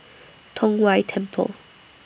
Tong Whye Temple